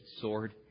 sword